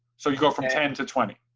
so go from ten to twenty?